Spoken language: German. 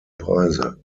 preise